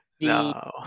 No